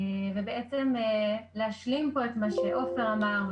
ובעצם להשלים פה את מה שעופר אמר.